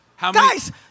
Guys